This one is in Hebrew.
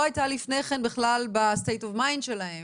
הייתה לפני כן בכלל מ- state of mind שלהם.